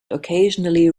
occasionally